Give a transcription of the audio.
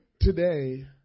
Today